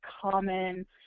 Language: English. common